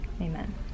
Amen